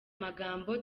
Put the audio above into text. magambo